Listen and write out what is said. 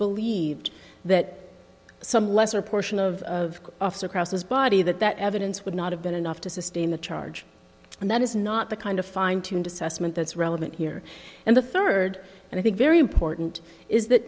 believed that some lesser portion of of across his body that that evidence would not have been enough to sustain the charge and that is not the kind of fine tuned assessment that's relevant here and the third and i think very important is that